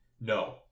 no